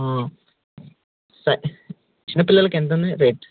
చిన్నపిల్లలలకు ఎంతంది రేట్